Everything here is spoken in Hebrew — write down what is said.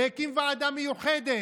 והקים ועדה מיוחדת,